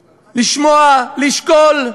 לשמוע, לשקול.